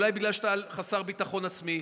אולי בגלל שאתה חסר ביטחון עצמי,